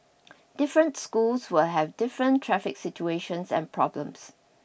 different schools will have different traffic situations and problems